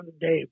Dave